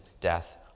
death